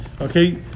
Okay